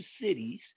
cities